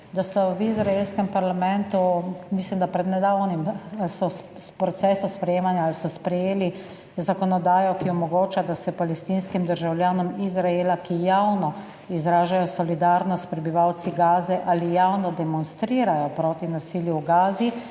da so v izraelskem parlamentu, mislim, da pred nedavnim, v procesu sprejemanja ali so sprejeli zakonodajo, ki omogoča, da se palestinskim državljanom Izraela, ki javno izražajo solidarnost prebivalcem Gaze ali javno demonstrirajo proti nasilju v Gazi,